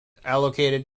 allocated